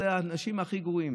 אלה האנשים הכי גרועים,